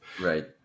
Right